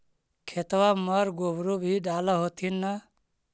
खेतबा मर गोबरो भी डाल होथिन न?